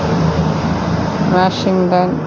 Washington